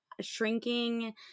shrinking